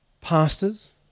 pastors